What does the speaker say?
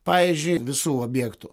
pavyzdžiui visų objektų